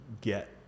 get